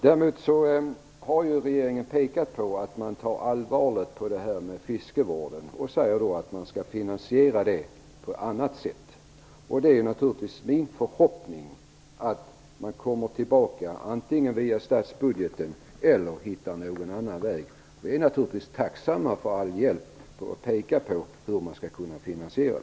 Däremot har ju regeringen pekat på att man skall ta allvarligt på fiskevården, och sagt att den skall finansieras på ett annat sätt. Det är naturligtvis min förhoppning att man kommer tillbaka, antingen via statsbudgeten eller någon annan väg som man kan hitta. Vi är naturligtvis tacksamma för all hjälp med förslag på hur detta skall kunna finansieras.